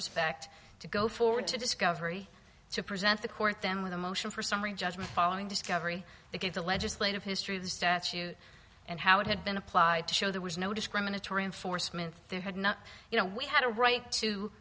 respect to go forward to discovery to present the court them with a motion for summary judgment following discovery that gives the legislative history of the statute and how it had been applied to show there was no discriminatory enforcement they had not you know we had a right to